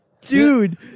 Dude